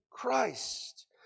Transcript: Christ